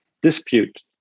dispute